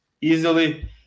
easily